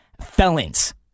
felons